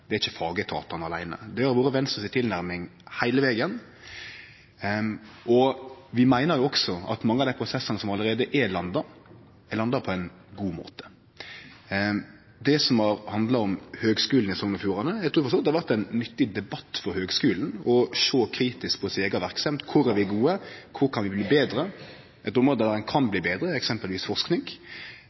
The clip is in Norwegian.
det er ikkje fagetatane aleine. Det har vore Venstre si tilnærming heile vegen, og vi meiner også at mange av dei prosessane som allereie er landa, er landa på ein god måte. Når det gjeld det som har handla om Høgskulen i Sogn og Fjordane, trur eg for så vidt det har vore ein nyttig debatt for Høgskulen å sjå kritisk på si eiga verksemd: Kor er vi gode, kor kan vi bli betre? Eit område der ein kan bli betre, er eksempelvis forsking.